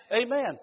Amen